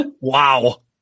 wow